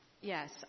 Yes